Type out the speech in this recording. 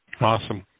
Awesome